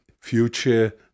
Future